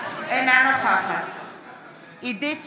אינה נוכחת עידית סילמן,